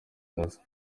hasi